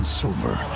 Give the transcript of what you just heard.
silver